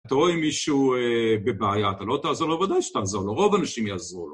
אתה רואה מישהו בבעיה, אתה לא תעזור לו, בוודאי שתעזור לו. רוב האנשים יעזרו לו.